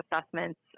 assessments